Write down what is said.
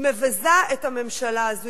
היא מבזה את הממשלה הזאת,